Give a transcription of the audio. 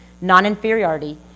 non-inferiority